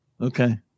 Okay